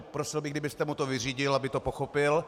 Prosil bych, kdybyste mu to vyřídil, aby to pochopil.